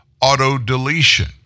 auto-deletion